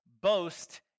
boast